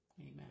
amen